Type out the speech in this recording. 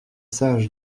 sage